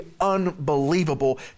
unbelievable